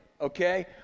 okay